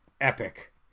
epic